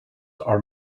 are